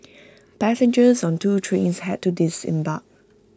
passengers on two trains had to disembark